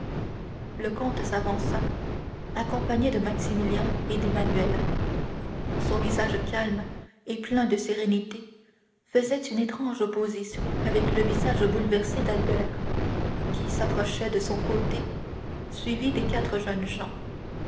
le comte s'avança accompagné de maximilien et d'emmanuel son visage calme et plein de sérénité faisait une étrange opposition avec le visage bouleversé d'albert qui s'approchait de son côté suivi des quatre jeunes gens